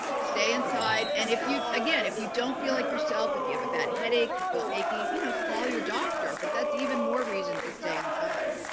stay inside. and if you, again, if you don't feel like yourself, if you have a bad headache, you feel achy, you know, call your doctor, but that's even more reason to stay inside.